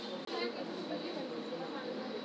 तेलहन के बिया मे कवन दवाई डलाई?